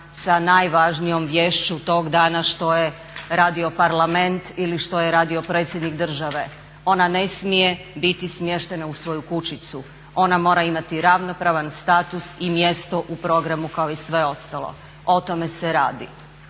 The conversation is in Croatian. sa najvažnijom viješću tog dana što je radio Parlament ili što je radio predsjednik države. Ona ne smije biti smještena u svoju kućicu, ona mora imati ravnopravan status i mjesto u programu kao i sve ostalo. O tome se radi.